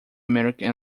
american